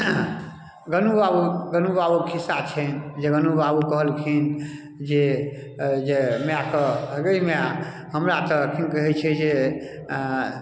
गोनू बाबू गोनू बाबूके खिस्सा छनि जे गोनू बाबू कहलखिन जे जे मायके हगै माय हमरा तऽ कि कहै छै जे आ